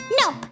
Nope